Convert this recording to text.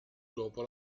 dopo